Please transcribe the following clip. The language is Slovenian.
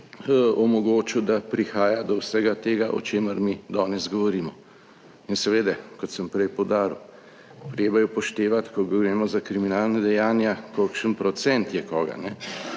omogočil, da prihaja do vsega tega, o čemer mi danes govorimo. In seveda kot sem prej poudaril, treba je upoštevati, ko govorimo za kriminalna dejanja kolikšen procent je